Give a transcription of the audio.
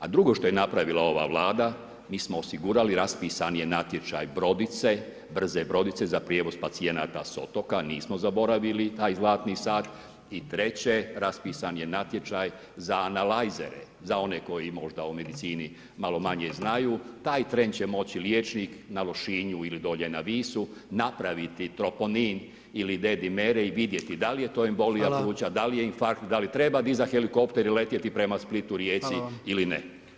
A drugo što je napravila ova Vlada, mi smo osigurali i raspisan je natječaj brodice, brze brodice za prijevoz pacijenata s otoka, nismo zaboravili taj zlatni sat i treće raspisan je natječaj za analyzere, za one koji možda o medicini malo manje znaju, taj trend će moći liječnik na Lošinju ili dolje na Visu napraviti troponin ili D-dimer i vidjeti da li je to embolija pluća, da li je infarkt, da li treba dizati helikopter i letjeti prema Splitu, Rijeci ili ne.